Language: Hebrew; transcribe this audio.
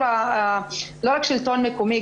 לא רק שלטון מקומי,